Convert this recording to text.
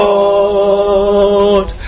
Lord